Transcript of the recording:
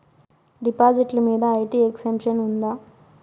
డిపాజిట్లు మీద IT exemption ఉందా?